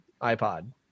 iPod